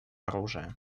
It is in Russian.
оружия